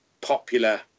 popular